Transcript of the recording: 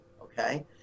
okay